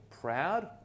proud